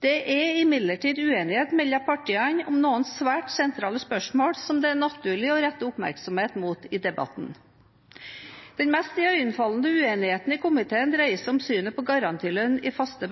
Det er imidlertid uenighet mellom partiene om noen svært sentrale spørsmål som det er naturlig å rette oppmerksomhet mot i debatten. Den mest iøynefallende uenigheten i komiteen dreier seg om synet på garantilønn i faste